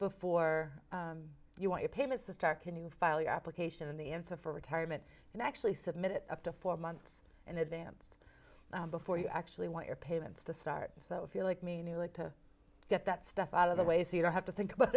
before you want your payments to start can you file your application in the end so for retirement and actually submit it up to four months in advance before you actually want your payments to start so if you're like me and you like to get that stuff out of the way so you don't have to think about